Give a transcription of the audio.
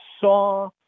saw